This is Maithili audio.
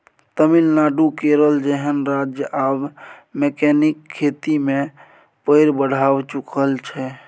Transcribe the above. तमिलनाडु, केरल जेहन राज्य आब मैकेनिकल खेती मे पैर बढ़ाए चुकल छै